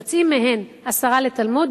יוצאין מהן עשרה לתלמוד,